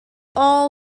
all